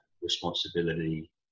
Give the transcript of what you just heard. responsibility